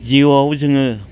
जिउआव जोङो